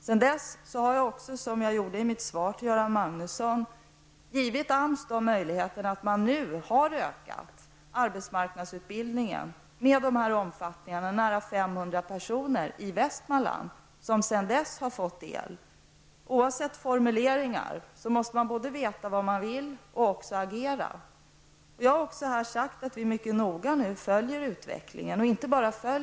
Sedan dess har jag, som framgår av mitt svar till Göran Magnusson, givit AMS sådana möjligheter att arbetsmarknadsutbildningen nu är utökad. Närmare 500 personer i Västmanland har sedan dess fått del av denna utbildning. Bortsett från formuleringar måste man alltså veta vad man vill och även agera. Jag har sagt att vi följer utvecklingen mycket noga.